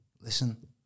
Listen